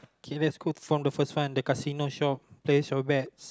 okay let's go from the first one the casino shop place your bets